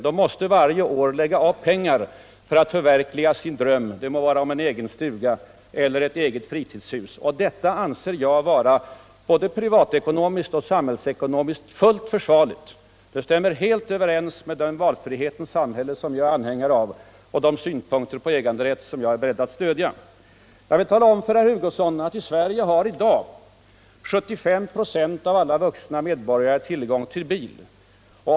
De måste varje år lägga av pengar för att förverkliga sina drömmar, t.ex. en egen sommarstuga eller ev fritidshus, och detta anser jag vara både privatekonomiskt och samhillsekonomiskt fullt försvarligt. Det stämmer helt överens med det valfrihetens samhälle som jag är anhängare av och med de synpunkter på äganderätt som jag är beredd an stödja. Jag vill tala om för herr Hugosson att iSverige har i dag 75", av alla vuxna medborgare tillgång till bil.